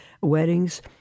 weddings